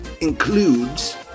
includes